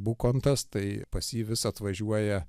bukontas tai pas jį vis atvažiuoja